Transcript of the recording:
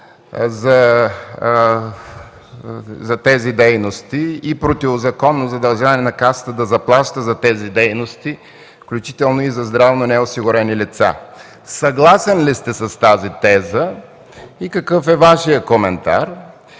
средства и противозаконно задължаване на Касата да заплаща тези дейности, включително и за здравно неосигурени лица. Съгласни ли сте с тази теза и какъв е Вашият коментар?